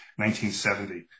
1970